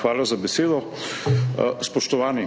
Hvala za besedo. Spoštovani!